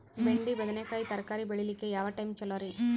ಬೆಂಡಿ ಬದನೆಕಾಯಿ ತರಕಾರಿ ಬೇಳಿಲಿಕ್ಕೆ ಯಾವ ಟೈಮ್ ಚಲೋರಿ?